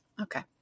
Okay